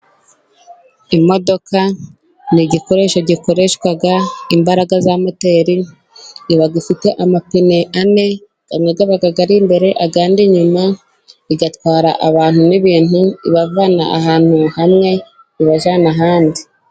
Imodoka ni igikoresho gikoreshwa imbaraga za moteri, iba ifite amapine ane, amwe aba ari imbere ayandi inyuma. Igatwara abantu n'ibintu ibavana ahantu hamwe ibajyana ahandi.